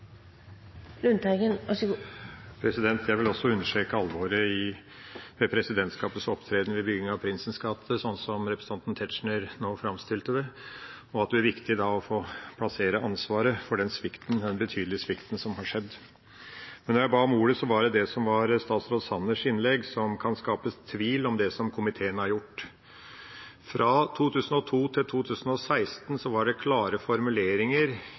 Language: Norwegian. Jeg vil også understreke alvoret i presidentskapets opptreden ved bygging av Prinsens gate, slik som representanten Tetzschner nå framstilte det, og at det er viktig å få plassert ansvaret for den betydelige svikten som har skjedd. Men da jeg ba om ordet, gjaldt det statsråd Sanners innlegg, som kan skape tvil om det komiteen har gjort. Fra 2002 til 2016 var det klare formuleringer